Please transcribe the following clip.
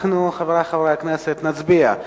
אנחנו, חברי חברי הכנסת, נצביע.